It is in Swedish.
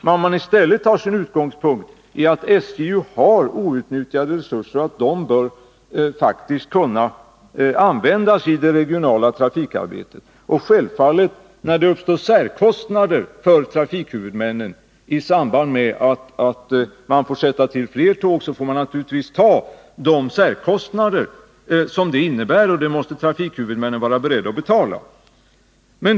Man borde i stället ta som utgångspunkt att SJ har outnyttjade resurser och att dessa faktiskt bör kunna användas i det regionala trafikarbetet. När det sedan uppstår särkostnader för trafikhuvudmännen, exempelvis i samband med att de måste sätta in fler tåg, får de självfallet vara beredda att betala dem.